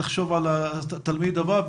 תחשוב על התלמיד הבא,